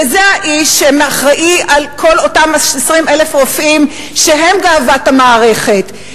וזה האיש שאחראי לכל אותם 20,000 רופאים שהם גאוות המערכת,